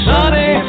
Sunny